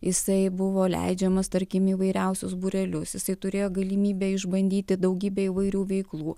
jisai buvo leidžiamas tarkim į įvairiausius būrelius jisai turėjo galimybę išbandyti daugybę įvairių veiklų